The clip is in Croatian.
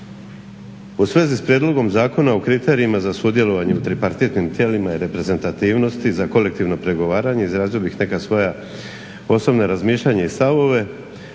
U svezi s prijedlogom Zakona o kriterijima za sudjelovanje u tripartitnim tijelima i reprezentativnosti za kolektivno pregovaranje izrazio bih neka svoja osobna razmišljanja i stavove.